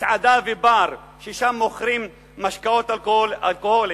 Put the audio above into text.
מסעדה ובר ששם מוכרים משקאות אלכוהוליים,